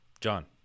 John